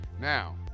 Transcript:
now